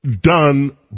done